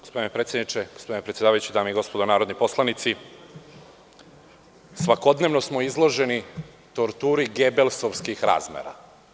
Gospodine predsedniče, gospodine predsedavajući, dame i gospodo narodni poslanici, svakodnevno smo izloženi torturi gebelsovskih razmera.